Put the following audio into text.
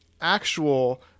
actual